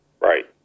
Right